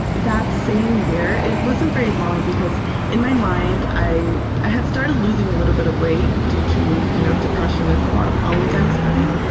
that same year. it wasn't very long because in my mind, i i had started losing a little bit of weight due to you know depression and a lot of problems i was having,